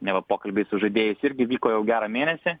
neva pokalbiai su žaidėjais irgi vyko jau gerą mėnesį